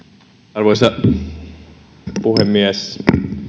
arvoisa puhemies